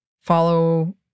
follow